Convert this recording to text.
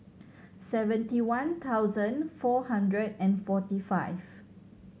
seventy one thousand four hundred and forty five